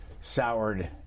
soured